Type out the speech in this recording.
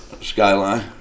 Skyline